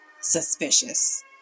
suspicious